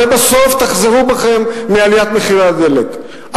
הרי בסוף תחזרו בכם מהעלאת מחירי הדלק.